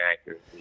accuracy